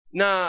na